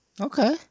Okay